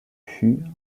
fut